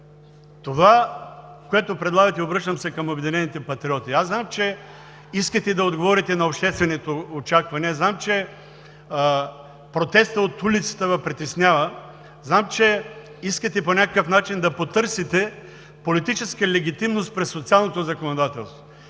това, което предлагате – обръщам се към „Обединени патриоти“, аз знам, че искате да отговорите на обществените очаквания, знам, че протестът от улицата Ви притеснява, знам, че искате по някакъв начин да потърсите политическа легитимност през социалното законодателство,